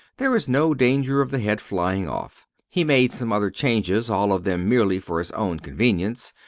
there is no danger of the head flying off. he made some other changes, all of them merely for his own convenience,